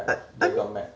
app I mean